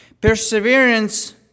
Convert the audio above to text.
perseverance